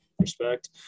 Respect